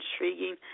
intriguing